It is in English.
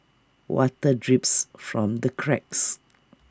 water drips from the cracks